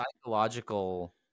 psychological